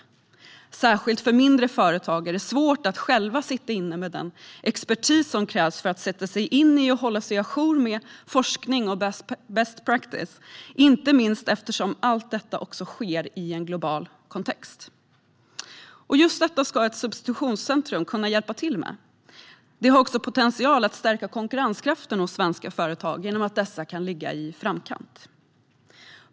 Det är särskilt för mindre företag svårt att själva sitta inne med den expertis som krävs för att sätta sig in i och hålla sig ajour med forskning och best practice, inte minst eftersom allt detta också sker i en global kontext. Just detta ska ett substitutionscentrum kunna hjälpa till med. Det har också potential att stärka konkurrenskraften hos svenska företag genom att dessa kan ligga i framkant.